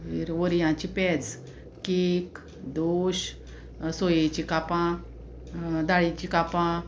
मागीर वरयांची पेज केक दोश सोयेची कापां दाळीचीं कापां